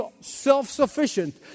self-sufficient